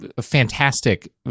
fantastic